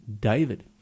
David